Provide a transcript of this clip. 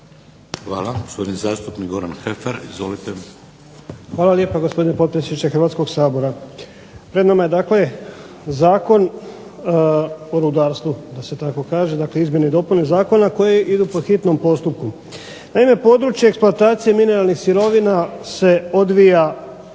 Heffer. Izvolite. **Heffer, Goran (SDP)** Hvala lijepa, gospodine potpredsjedniče Hrvatskoga sabora. Pred nama je dakle Zakon o rudarstvu, dakle izmjene i dopune zakona koje idu po hitnom postupku. Naime, područje eksploatacije mineralnih sirovina bitna